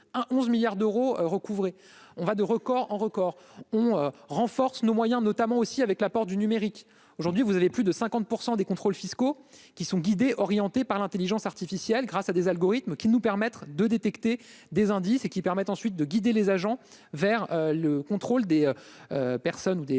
11 milliards d'euros recouvrer on va de record en record, on renforce nos moyens notamment aussi avec l'apport du numérique aujourd'hui vous avez plus de 50 % des contrôles fiscaux qui sont guidées orientées par l'Intelligence artificielle grâce à des algorithmes qui nous permettre de détecter des indices et qui permettent ensuite de guider les agents vers le contrôle des personnes ou des